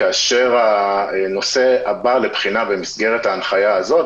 כאשר הנושא הבא לבחינה במסגרת ההנחיה הזאת,